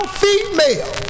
female